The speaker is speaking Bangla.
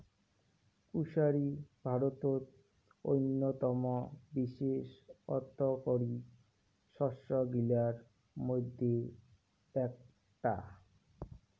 কুশারি ভারতত অইন্যতম বিশেষ অর্থকরী শস্য গিলার মইধ্যে এ্যাকটা